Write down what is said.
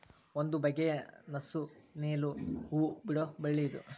ಒಂದು ಬಗೆಯ ನಸು ನೇಲು ಹೂ ಬಿಡುವ ಬಳ್ಳಿ ಇದು